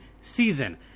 season